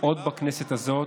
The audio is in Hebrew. עוד בכנסת הזאת,